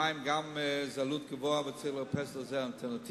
המים הם גם עלות גבוהה, וצריך לחפש לזה אלטרנטיבות